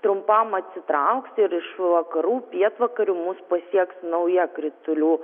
trumpam atsitrauks ir iš vakarų pietvakarių mus pasieks nauja kritulių